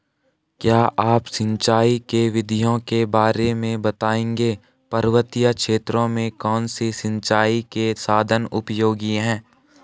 क्या आप सिंचाई की विधियों के बारे में बताएंगे पर्वतीय क्षेत्रों में कौन से सिंचाई के साधन उपयोगी हैं?